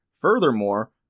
Furthermore